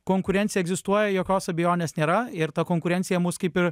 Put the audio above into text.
konkurencija egzistuoja jokios abejonės nėra ir ta konkurencija mus kaip ir